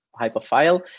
hyperfile